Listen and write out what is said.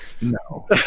no